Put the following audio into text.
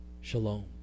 shalom